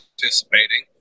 participating